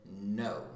no